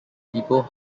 people